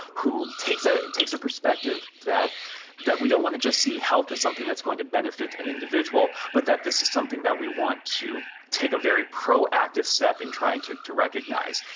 who takes ah a perspective that that we don't want to just see health as something that is going to benefit an individual, but that this is something that we want to take a very proactive step in trying to to recognise.